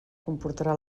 comportarà